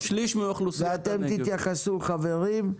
ואתם תתייחסו חברים.